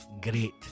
great